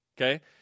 okay